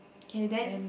k then